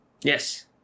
Yes